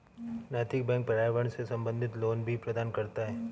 नैतिक बैंक पर्यावरण से संबंधित लोन भी प्रदान करता है